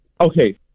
Okay